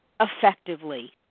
effectively